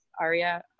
Aria